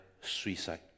suicide